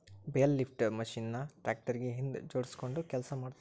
bale lifter machine ನ tractor ಗೆ ಹಿಂದ್ ಜೋಡ್ಸ್ಕೊಂಡು ಕೆಲಸ ಮಾಡ್ತಾರ